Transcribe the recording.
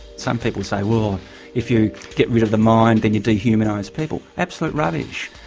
some people say well if you get rid of the mind and you dehumanise people. absolute rubbish,